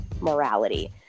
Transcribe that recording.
morality